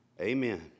Amen